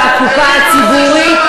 כל בר-דעת יודע שהקופה הציבורית,